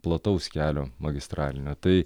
plataus kelio magistralinio tai